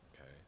Okay